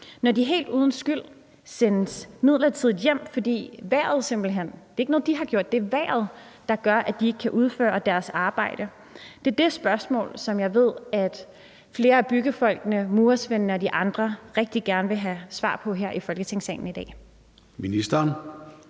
når de helt uden skyld sendes midlertidigt hjem, fordi vejret simpelt hen gør, at de ikke kan udføre deres arbejde – det er ikke dem, men det er vejret. Det er det spørgsmål, som jeg ved at flere af byggefolkene, murersvendene og de andre rigtig gerne vil have svar på her i Folketingssalen i dag. Kl.